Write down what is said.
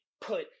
put